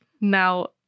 Now